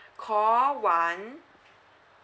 call one